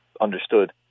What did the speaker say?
understood